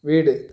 വീട്